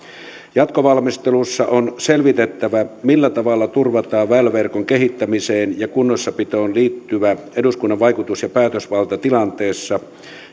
jatkovalmistelussa on selvitettävä millä tavalla turvataan väyläverkon kehittämiseen ja kunnossapitoon liittyvä eduskunnan vaikutus ja päätösvalta tilanteessa